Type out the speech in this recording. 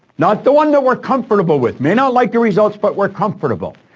not the one that we're comfortable with, may not like the results, but we're comfortable.